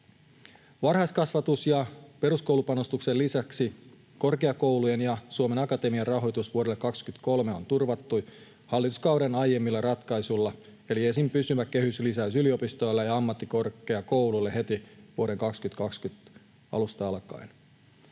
Varhaiskasvatus‑ ja peruskoulupanostuksien lisäksi korkeakoulujen ja Suomen Akatemian rahoitus vuodelle 23 on turvattu hallituskauden aiemmilla ratkaisuilla eli esim. pysyvällä kehyslisäyksellä yliopistoille ja ammattikorkeakouluille heti vuoden 2020 alusta alkaen.